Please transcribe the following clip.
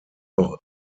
auch